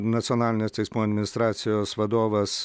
nacionalinės teismų administracijos vadovas